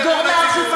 תבקשו את